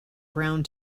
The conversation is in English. ground